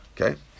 Okay